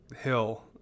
hill